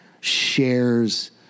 shares